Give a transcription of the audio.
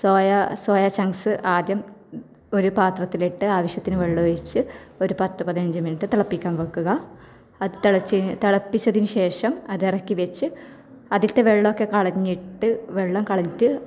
soya soya chunks ആദ്യം ഒരു പാത്രത്തിലിട്ട് ആവശ്യത്തിന് വെള്ളമൊഴിച്ച് ഒരു പത്ത് പതിനഞ്ച് മിനിറ്റ് തിളപ്പിക്കാൻ വെക്കുക അത് തിളച്ച് തിളപ്പിച്ചതിന് ശേഷം അത് ഇറക്കി വെച്ച് അതിലത്തെ വെള്ളമൊക്കെ കളഞ്ഞിട്ട് വെള്ളം കളഞ്ഞിട്ട്